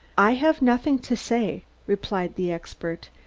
i have nothing to say, replied the expert.